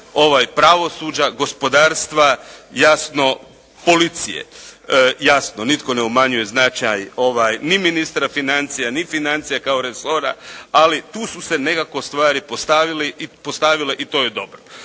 pravosuđa, gospodarstva, jasno policije. Jasno, nitko ne umanjuje značaj ni ministra financija ni financija kao resora, ali tu su se nekako stvari postavile i to je dobro.